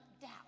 doubt